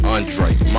Andre